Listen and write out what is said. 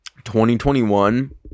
2021